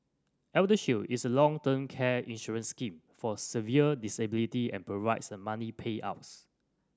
ElderShield is a long term care insurance scheme for severe disability and provides the money payouts